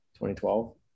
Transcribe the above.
2012